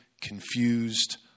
confused